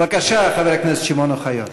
בבקשה, חבר הכנסת שמעון אוחיון.